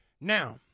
Now